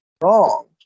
Wrong